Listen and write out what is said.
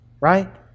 right